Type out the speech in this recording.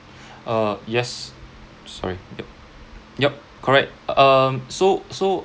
uh yes sorry yup yup correct um so so